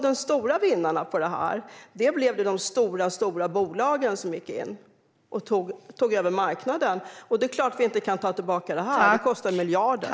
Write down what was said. De stora vinnarna på detta blev de stora bolagen, som gick in och tog över marknaden. Det är klart att vi inte kan ta tillbaka detta; det kostar miljarder.